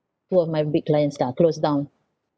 two of my big clients ah close down